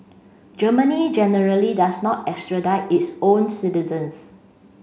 Germany generally does not extradite its own citizens